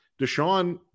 Deshaun